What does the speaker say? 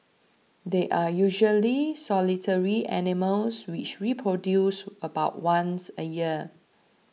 they are usually solitary animals which reproduce about once a year